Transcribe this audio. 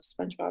spongebob